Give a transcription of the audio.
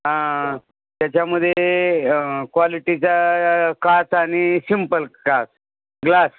हा त्याच्यामध्ये क्वालिटीचा काच आणि सिंपल काच ग्लास